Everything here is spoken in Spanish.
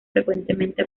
frecuentemente